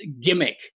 gimmick